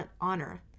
honor